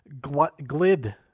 glid